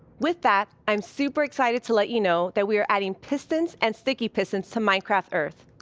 with that, i'm super excited to let you know that we are adding pistons and sticky pistons to minecraft earth.